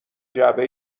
جعبه